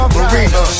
Marina